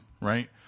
right